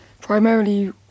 primarily